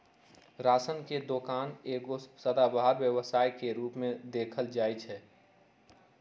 ration के दोकान एगो सदाबहार व्यवसाय के रूप में देखल जाइ छइ